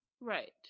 right